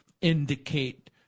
indicate